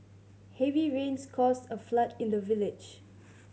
heavy rains caused a flood in the village